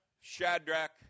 Shadrach